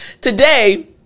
Today